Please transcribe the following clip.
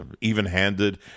even-handed